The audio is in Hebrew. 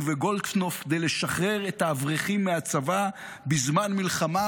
וגולדקנופ כדי לשחרר את האברכים מהצבא בזמן מלחמה,